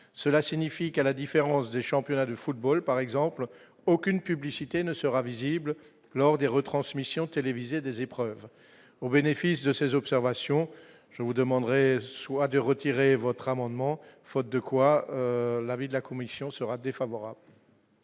cela signifie qu'à la différence des championnats de football par exemple aucune publicité ne sera visible lors des retransmissions télévisées des épreuves au bénéfice de ses observations, je vous demanderai soit de retirer votre amendement, faute de quoi l'avis de la commission sera défavorable.